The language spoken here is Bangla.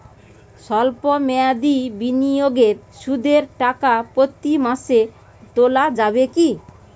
সল্প মেয়াদি বিনিয়োগে সুদের টাকা প্রতি মাসে তোলা যাবে কি?